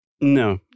No